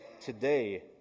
today